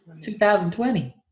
2020